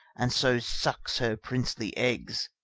and so sucks her princely egges,